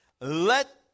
Let